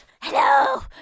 Hello